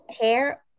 hair